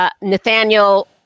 Nathaniel